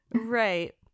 Right